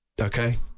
Okay